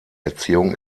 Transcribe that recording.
erziehung